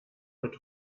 mit